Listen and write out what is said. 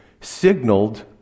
signaled